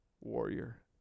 warrior